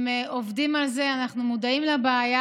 הם עובדים על זה, אנחנו מודעים לבעיה.